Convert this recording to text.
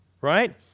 right